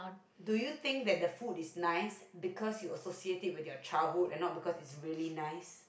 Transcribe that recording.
do you think that the food is nice because you associated it with your childhood and not because is really nice